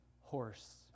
horse